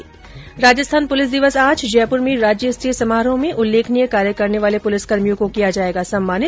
्र राजस्थान पुलिस दिवस आज जयपुर में राज्यस्तरीय समारोह में उल्लेखनीय कार्य करने वाले पुलिसकर्मियों को किया जार्येगा सम्मानित